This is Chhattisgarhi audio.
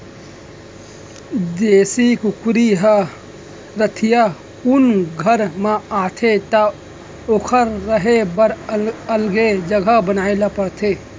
देसी कुकरी ह रतिहा कुन घर म आथे त ओकर रहें बर अलगे जघा बनाए ल परथे